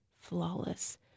Flawless